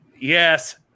Yes